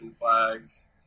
flags